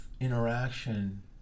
interaction